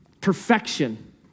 perfection